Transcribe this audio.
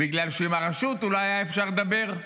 בגלל שעם הרשות אולי היה אפשר לדבר,